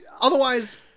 Otherwise